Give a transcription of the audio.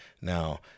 Now